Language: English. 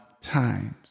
times